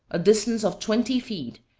a distance of twenty feet,